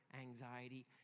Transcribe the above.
anxiety